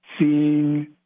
seeing